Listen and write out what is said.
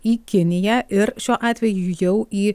į kiniją ir šiuo atveju jau į